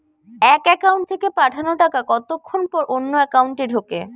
এক একাউন্ট থেকে পাঠানো টাকা কতক্ষন পর অন্য একাউন্টে ঢোকে?